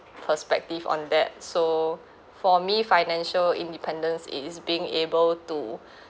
perspective on that so for me financial independence is being able to